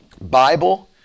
Bible